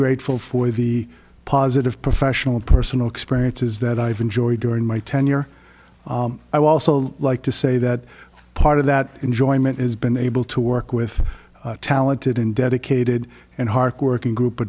grateful for the positive professional and personal experiences that i've enjoyed during my tenure i also like to say that part of that enjoyment is been able to work with talented and dedicated and hardworking group